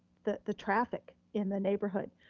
the the traffic in the neighborhood,